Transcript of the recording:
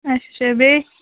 اَچھا بیٚیہِ